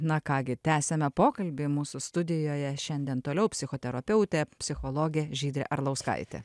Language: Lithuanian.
na ką gi tęsiame pokalbį mūsų studijoje šiandien toliau psichoterapeutė psichologė žydrė arlauskaitė